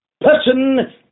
person